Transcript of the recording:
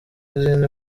izindi